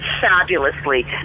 fabulously